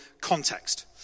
context